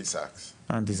אנדי סאקס.